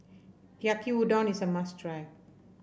Yaki Udon is a must try